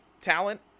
talent